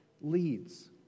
leads